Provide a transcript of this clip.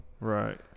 Right